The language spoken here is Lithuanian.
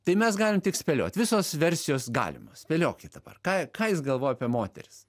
tai mes galim tik spėliot visos versijos galimos spėliokit dabar ką ką jis galvojo apie moteris